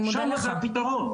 שם זה הפתרון.